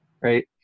right